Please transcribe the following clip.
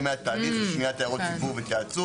אם היה תהליך שמיעת הערות ציבור והתייעצות.